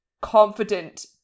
confident